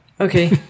Okay